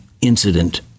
incident